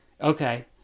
okay